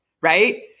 right